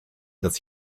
das